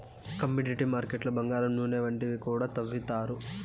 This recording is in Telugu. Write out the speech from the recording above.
కమోడిటీ మార్కెట్లు బంగారం నూనె వంటివి కూడా తవ్విత్తారు